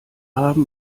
haben